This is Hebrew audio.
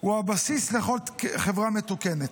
הוא הבסיס לכל חברה מתוקנת.